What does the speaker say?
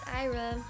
Ira